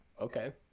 Okay